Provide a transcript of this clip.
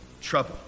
trouble